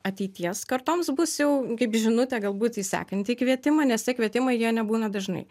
ateities kartoms bus jau kaip žinutė galbūt į sekantį kvietimą nes tie kvietimai jie nebūna dažnai